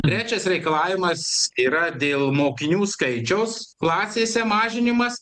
trečias reikalavimas yra dėl mokinių skaičiaus klasėse mažinimas